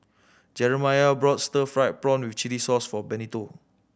Jerimiah bought stir fried prawn with chili sauce for Benito